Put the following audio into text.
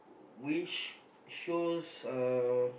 which shows uh